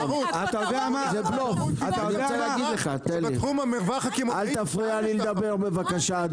--- אל תפריע לי לדבר בבקשה,